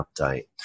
update